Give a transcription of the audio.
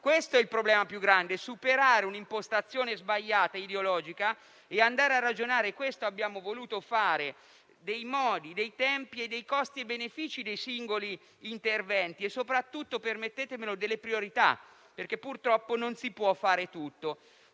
Questo è il problema più grande: superare un'impostazione sbagliata e ideologica, e andare a ragionare - questo abbiamo voluto fare - dei modi, dei tempi e dei costi e benefici dei singoli interventi, e soprattutto - permettetemelo - delle priorità, perché purtroppo non si può fare tutto.